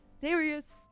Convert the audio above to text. serious